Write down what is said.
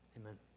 Amen